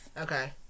Okay